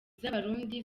z’abarundi